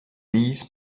wies